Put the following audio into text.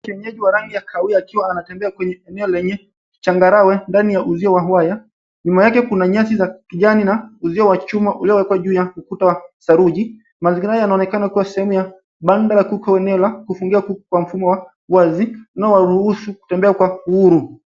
Kuku kienyeji wa rangi ya kahawia akiwa anatembea kwenye eneo lenye changarawe ndani ya uzio wa waya. Nyuma yake kuna nyasi za kijani na uzio wa chuma uliowekwa juu ya ukuta wa saruji. Mazingira yanaonekana kuwa sehemu ya banda la kuku au eneo la kufungia kuku kwa mfumo wa wazi unaowaruhusu kutembea kwa uhuru.